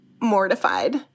mortified